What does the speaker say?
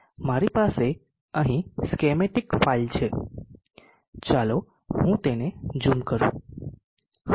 મારી પાસે અહીં સ્કેમેટીક ફાઇલ છે ચાલો હું તેને ઝૂમ કરું હા